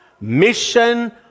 Mission